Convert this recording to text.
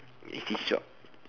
it's this job